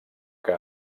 que